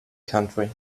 country